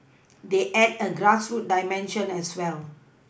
they add a grassroots dimension as well